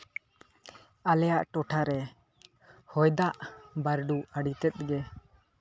ᱟᱞᱮᱭᱟᱜ ᱴᱚᱴᱷᱟ ᱨᱮ ᱦᱚᱭ ᱫᱟᱜ ᱵᱟᱹᱨᱰᱩ ᱟᱹᱰᱤ ᱛᱮᱫ